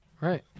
right